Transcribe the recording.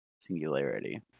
Singularity